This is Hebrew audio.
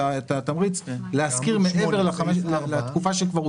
את התמריץ להשכיר מעבר לתקופה שכבר הושכר.